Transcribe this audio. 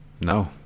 No